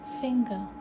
finger